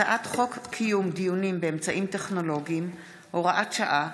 הצעת חוק קיום דיונים באמצעים טכנולוגיים (הוראת שעה,